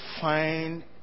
find